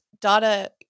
data